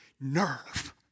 nerve